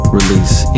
release